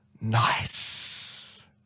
Nice